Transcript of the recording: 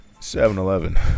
7-Eleven